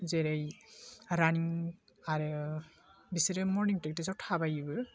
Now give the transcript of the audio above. जेरै रानिं आरो बिसोरो मरनिं प्रेकटिस आव थाबायोबो